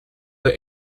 the